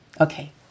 Okay